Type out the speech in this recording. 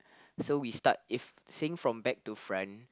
so we start if saying from back to front